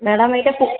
madam ଏଇଟା କଣ